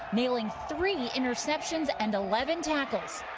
nailing three interceptions and eleven tackles.